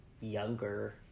younger